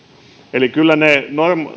eli kyllä ne